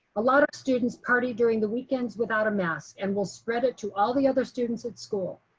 a lot of students party during the weekends without a mask, and will spread it to all the other students at school.